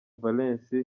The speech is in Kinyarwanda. valens